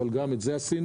אבל גם את זה עשינו,